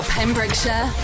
Pembrokeshire